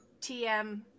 TM